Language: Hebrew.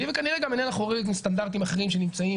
וכנראה גם איננה חורגת מסטנדרטים אחרים שנמצאים